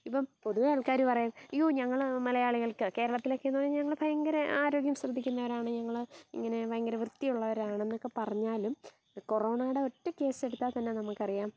ഇപ്പം പൊതുവേ ആൾക്കാർ പറയുക അയ്യോ ഞങ്ങൾ മലയാളികൾക്ക് കേരളത്തിലക്കെന്ന് പറഞ്ഞാൽ ഞങ്ങൾ ഭയങ്കര ആരോഗ്യം ശ്രദ്ധിക്കുന്നവരാണ് ഞങ്ങൾ ഇങ്ങനെ ഭയങ്കര വൃത്തിയുള്ളവരാണെന്നൊക്കെ പറഞ്ഞാലും കൊറോണയുടെ ഒറ്റ കേസ് എടുത്താൽ തന്നെ നമുക്കറിയാം